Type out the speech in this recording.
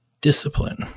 discipline